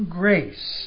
grace